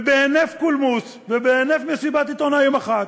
ובהינף קולמוס ובהינף מסיבת עיתונאים אחת,